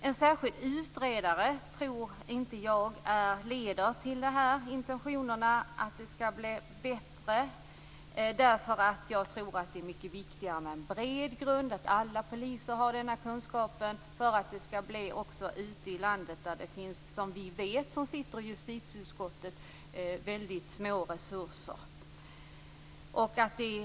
Jag tror inte att en särskild utredare leder till att intentionen att det skall bli bättre uppfylls. Det är mycket viktigare med en bred grund. Alla poliser skall ha kunskapen. Vi som sitter i justitieutskottet vet att det finns väldigt små resurser ute i landet.